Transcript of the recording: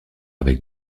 avec